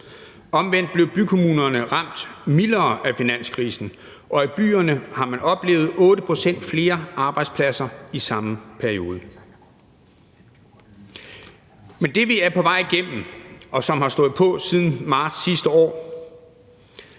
omvendt blev bykommunerne mildere ramt af finanskrisen, og i byerne har man oplevet, at der er kommet 8 pct. flere arbejdspladser i samme periode. Med det, vi er på vej gennem, og som har stået på siden marts sidste år,